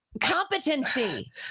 Competency